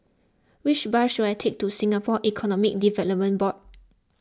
which bus should I take to Singapore Economic Development Board